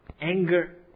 anger